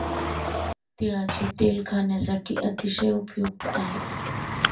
तिळाचे तेल खाण्यासाठी अतिशय उपयुक्त आहे